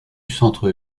centre